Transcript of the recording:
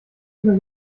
oder